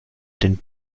den